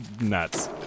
nuts